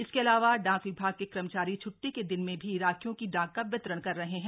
इसके अलावा डाक विभाग के कर्मचारी छुट्टी के दिन में भी राखियों की डाक का वितरण कर रहे हैं